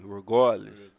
regardless